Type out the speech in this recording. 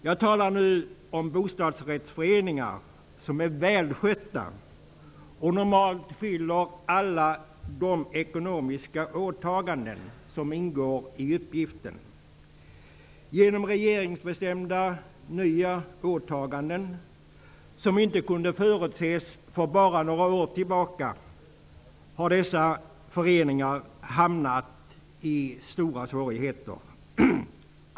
Jag talar nu om bostadsrättsföreningar som är välskötta och normalt fyller alla de ekonomiska åtaganden som ingår i uppgiften. Genom regeringsbestämda nya åtaganden som inte kunde förutses för bara några år sedan har dessa föreningar hamnat i stora svårigheter.